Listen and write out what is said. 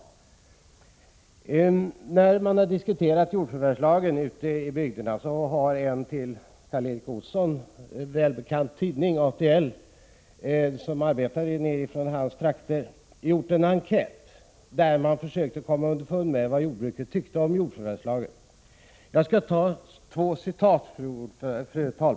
Jordförvärvslagen har diskuterats ute i bygderna, och en för Karl Erik Olsson välbekant tidning, ATL, som verkar i hans hemtrakter, har gjort en enkät för att försöka komma underfund med vad jordbrukarna tycker om jordförvärvslagen. Jag skall ta två citat.